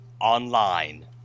online